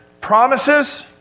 promises